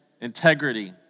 Integrity